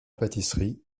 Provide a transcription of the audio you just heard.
pâtisserie